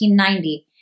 1990